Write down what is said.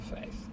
faith